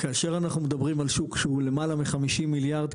כאשר אנחנו מדברים על שוק שהוא למעלה מ- 50 מיליארד,